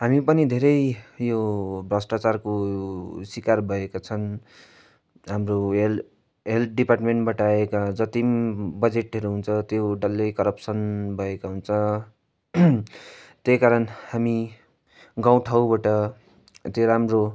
हामी पनि धेरै यो भ्रष्टाचारको सिकार भएका छन् हाम्रो हेल् हेल्थ डिपार्टमेन्टबाट आएका जति पनि बजेटहरू हुन्छ त्यो डल्लै करप्सन भएको हुन्छ त्यही कारण हामी गाउँठाउँबाट अझै राम्रो